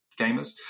gamers